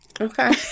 okay